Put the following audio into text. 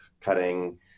cutting